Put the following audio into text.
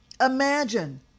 Imagine